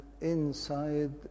inside